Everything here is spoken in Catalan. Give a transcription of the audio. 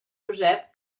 josep